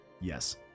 Yes